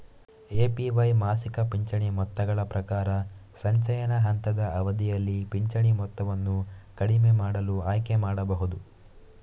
APY ಮಾಸಿಕ ಪಿಂಚಣಿ ಮೊತ್ತಗಳ ಪ್ರಕಾರ, ಸಂಚಯನ ಹಂತದ ಅವಧಿಯಲ್ಲಿ ಪಿಂಚಣಿ ಮೊತ್ತವನ್ನು ಕಡಿಮೆ ಮಾಡಲು ಆಯ್ಕೆ ಮಾಡಬಹುದು